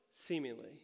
seemingly